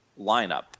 lineup